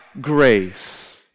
grace